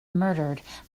murdered